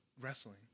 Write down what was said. Wrestling